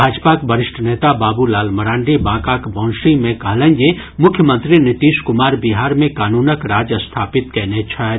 भाजपाक वरिष्ठ नेता बाबूलाल मरांडी बांकाक बौंसी मे कहलनि जे मुख्यमंत्री नीतीश कुमार बिहार मे कानूनक राज स्थापित कयने छथि